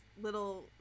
little